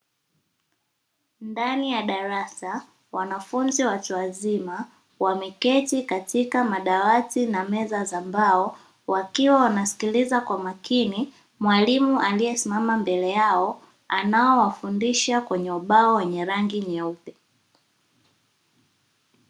Ndani ya darasa wanafunzi watu wazima wameketi katika madawati na meza za mbao, wakiwa wanasikiliza kwa makini mwalimu aliyesimama mbele yao anaowafundisha kwenye ubo wenye rangi nyeupe.